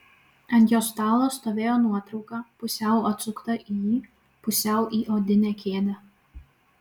ant jo stalo stovėjo nuotrauka pusiau atsukta į jį pusiau į odinę kėdę